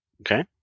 Okay